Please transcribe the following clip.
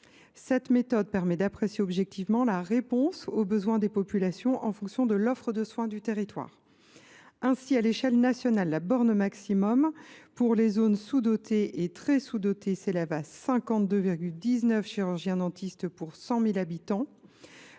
Cette méthode permet d’apprécier objectivement la réponse aux besoins des populations en fonction de l’offre de soins du territoire. Ainsi, à l’échelle nationale, la borne maximum de l’APL pour les zones « sous dotées » et « très sous dotées » s’élève à 52,19 chirurgiens dentistes pour 100 000 habitants.